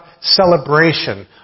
celebration